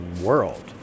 world